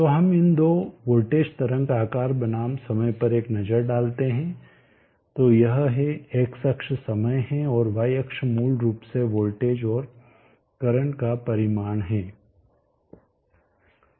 तो हम इन दो वोल्टेज तरंग आकार बनाम समय पर एक नजर डालते हैं तो यह है x अक्ष समय है और y अक्ष मूल रूप से वोल्टेज और करंट का परिमाण है